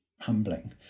humbling